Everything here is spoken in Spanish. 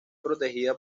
protegida